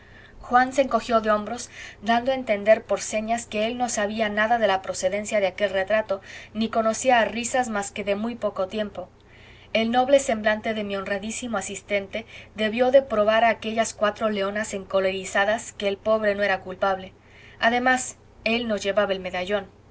juan se encogió de hombros dando a entender por señas que él no sabía nada de la procedencia de aquel retrato ni conocía a risas más que de muy poco tiempo elnoble semblante de mi honradísimo asistente debió de probar a aquellas cuatro leonas encolerizadas que el pobre no era culpable además él no llevaba el medallón